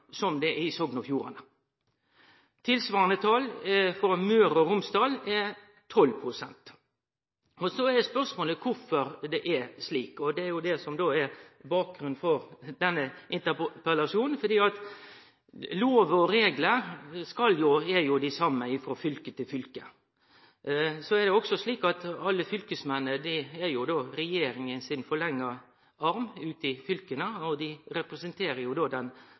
som det er i Sogn og Fjordane. Tilsvarande tal frå Møre og Romsdal er 12 pst. Så er spørsmålet kvifor det er slik, og det er det som er bakgrunnen for denne interpellasjonen. Lovar og reglar er jo dei same frå fylke til fylke. Fylkesmennene er regjeringa si forlenga arm ute i fylka, og dei representerer den same regjeringa, og viss ein då ser på dei betydelege forskjellane mellom Hordaland og